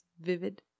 Vivid